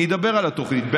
אני אדבר על התוכנית.